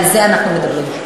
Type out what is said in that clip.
על זה אנחנו מדברים.